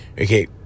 okay